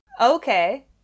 Okay